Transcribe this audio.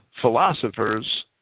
philosophers